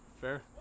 Fair